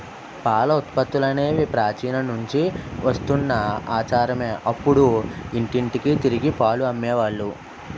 పాల ఉత్పత్తులనేవి ప్రాచీన నుంచి వస్తున్న ఆచారమే అప్పుడు ఇంటింటికి తిరిగి పాలు అమ్మే వాళ్ళు